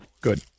Good